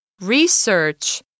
Research